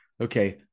Okay